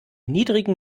niedrigen